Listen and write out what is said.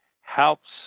helps